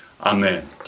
Amen